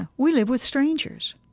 we live with strangers.